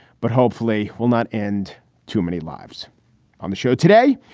but hopefully will not end too many lives on the show today.